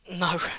No